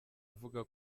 avuga